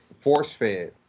force-fed